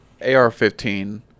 AR-15